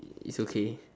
its okay